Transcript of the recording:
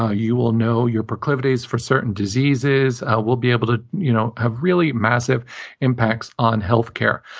ah you will know your proclivities for certain diseases. we'll be able to you know have really massive impacts on healthcare.